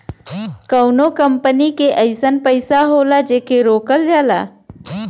कउनो कंपनी के अइसन पइसा होला जेके रोकल जाला